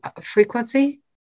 frequency